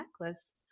necklace